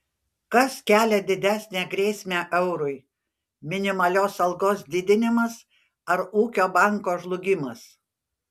kas kelia didesnę grėsmę eurui minimalios algos didinimas ar ūkio banko žlugimas